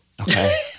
Okay